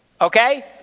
okay